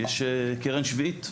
יש קרן שביעית.